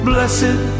Blessed